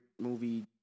movie